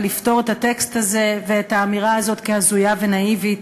ולפטור את הטקסט הזה ואת האמירה הזאת כהזויה ונאיבית,